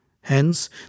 Hence